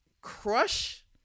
crush